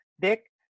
dick